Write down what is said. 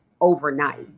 Overnight